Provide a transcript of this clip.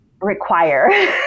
require